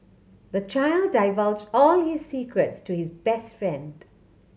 the child divulged all his secrets to his best friend